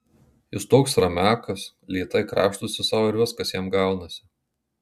jis toks ramiakas lėtai krapštosi sau ir viskas jam gaunasi